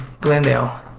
Glendale